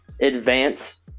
advance